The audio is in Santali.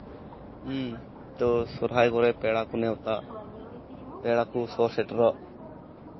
ᱦᱮᱸ ᱛᱚ ᱥᱚᱨᱦᱟᱭ ᱠᱚᱨᱮ ᱯᱮᱲᱟ ᱠᱚ ᱱᱮᱣᱛᱟ ᱯᱮᱲᱟ ᱠᱚ ᱥᱚᱦᱚᱨ ᱥᱮᱴᱮᱨᱚᱜ